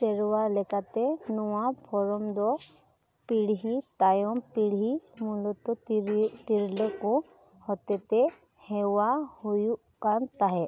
ᱥᱮᱨᱣᱟ ᱞᱮᱠᱟᱛᱮ ᱱᱚᱣᱟ ᱯᱷᱚᱨᱢ ᱫᱚ ᱯᱤᱲᱦᱤ ᱛᱟᱭᱚᱢ ᱯᱤᱲᱦᱤ ᱢᱩᱞᱚᱛᱚ ᱛᱤᱨᱞᱟᱹ ᱛᱤᱨᱞᱟᱹ ᱠᱚ ᱦᱚᱛᱮᱛᱮ ᱦᱮᱣᱟ ᱦᱩᱭᱩᱜ ᱠᱟᱱ ᱛᱟᱦᱮᱸᱫ